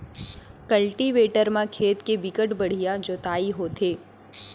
cultivator म खेत के बिकट बड़िहा जोतई होथे